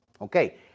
Okay